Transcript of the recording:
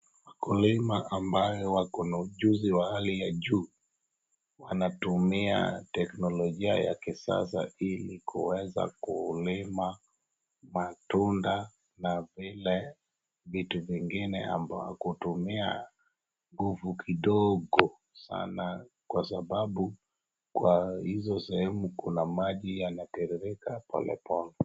Wakulima ambaye wako na ujuzi wa hali ya juu, wanatumia teknolojia ya kisasa ili kuweza kulima matunda na vile vitu vingine ambayo kutumia nguvu kidogo sana kwa sababu kwa hizo sehemu kuna maji yanatiririka polepole.